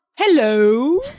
hello